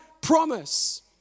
promise